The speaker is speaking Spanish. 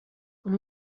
con